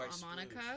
monica